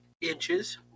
inches